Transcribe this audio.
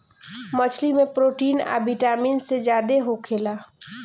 मछली में प्रोटीन आ विटामिन सी ज्यादे होखेला